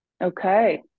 Okay